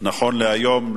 נכון להיום,